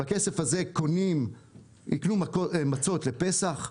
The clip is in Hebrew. בכסף הזה יקנו מצות לפסח,